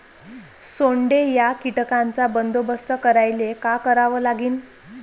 सोंडे या कीटकांचा बंदोबस्त करायले का करावं लागीन?